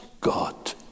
God